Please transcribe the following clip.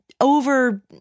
over